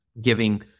giving